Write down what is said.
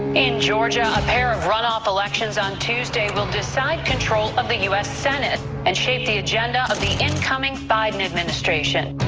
in georgia, a pair of runoff elections on tuesday will decide control of the u s. senate and shape the agenda of the incoming biden administration.